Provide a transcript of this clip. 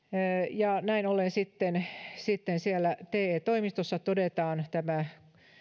näin ollen siellä te toimistossa todetaan tämä